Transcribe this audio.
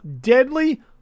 Deadly